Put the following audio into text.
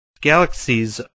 galaxies